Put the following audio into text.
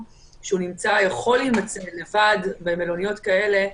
שיכול להימצא לבד במלוניות כאלה,